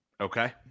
Okay